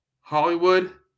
Hollywood